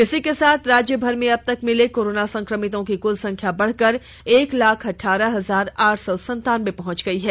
इसी के साथ राज्यभर में अबतक मिले कोरोना संक्रमितों की कुल संख्या बढ़कर एक लाख अठारह हजार आठ सौ संतानबे पहुंच गई है